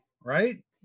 right